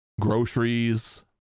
groceries